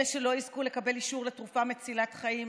אלה שלא יזכו לקבל אישור לתרופה מצילת חיים